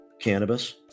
cannabis